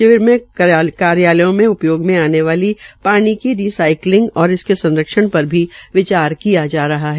शिविर में कार्यालयों मे उपयोग होने पानी की रिसाइकलिंग और उसके सरंक्षण पर भी विचार किया जा रहा है